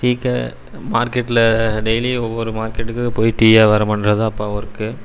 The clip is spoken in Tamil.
மார்க்கெட்டில் டெய்லி ஒவ்வொரு மார்க்கெட்டுக்கு போய் டீ வியாபாரம் பண்ணுறது தான் அப்பா ஒர்க்கு